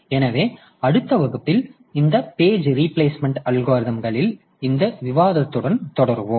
எனவே அடுத்த வகுப்பில் இந்த பேஜ் ரீபிளேஸ்மெண்ட் அல்காரிதம்களில் இந்த விவாதத்துடன் தொடருவோம்